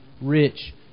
rich